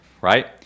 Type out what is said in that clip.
right